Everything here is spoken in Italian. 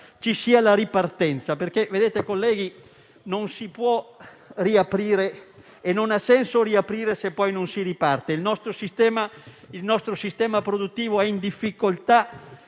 ci sia la ripartenza. Vedete, colleghi, non si può riaprire e non ha senso riaprire se poi non si riparte. Il nostro sistema produttivo è in difficoltà,